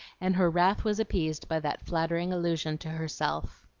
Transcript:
and her wrath was appeased by that flattering allusion to herself.